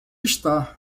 estar